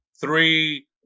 three